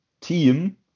team